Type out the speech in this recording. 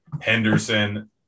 Henderson